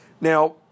Now